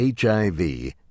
HIV